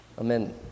Amen